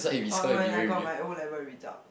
oh when I got my O-level result